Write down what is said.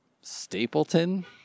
Stapleton